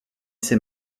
ces